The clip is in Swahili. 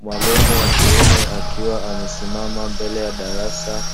Mwalimu wa kiume akiwa amesimama mbele ya darasa